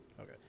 Okay